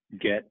get